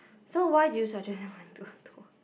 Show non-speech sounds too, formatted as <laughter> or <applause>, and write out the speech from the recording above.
so why do you suggest <breath> going to the tour